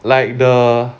like the